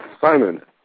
Simon